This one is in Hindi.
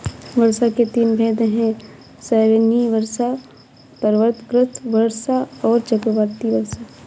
वर्षा के तीन भेद हैं संवहनीय वर्षा, पर्वतकृत वर्षा और चक्रवाती वर्षा